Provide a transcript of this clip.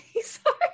Sorry